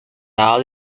lado